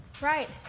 Right